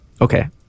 okay